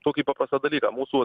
tokį paprastą dalyką mūsų